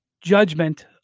judgment